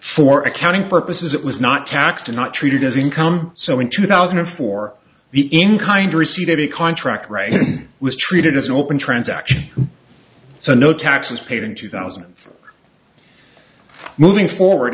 for accounting purposes it was not taxed and not treated as income so in two thousand and four the in kind received a contract right was treated as an open transaction so no taxes paid in two thousand and moving forward